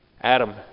Adam